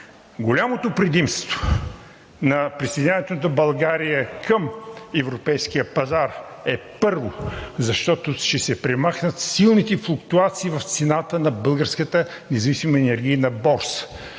Голямото предимство на присъединяването на България към Европейския пазар е, първо, защото ще се премахнат силните флуктуации в цената на Българската независима енергийна борса.